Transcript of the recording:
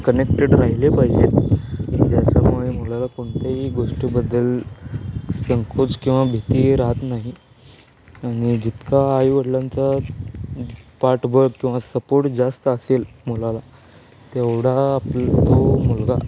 connected राहिले पाहिजेत ज्याच्यामुळे मुलाला कोणत्याही गोष्टीबद्दल संकोच किंवा भीती राहत नाही आणि जितका आईवडलांचा पाठबळ किंवा सपोर्ट जास्त असेल मुलाला तेवढा आपला तो मुलगा